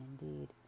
indeed